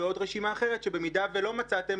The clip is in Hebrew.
ועוד רשימה אחרת שבמידה ולא מצאתם